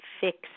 fix